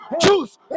choose